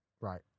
right